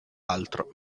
altro